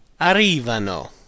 arrivano